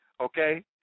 okay